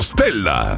Stella